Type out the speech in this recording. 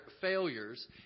failures